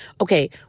okay